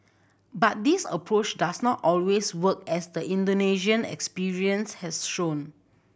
but this approach does not always work as the Indonesian experience has shown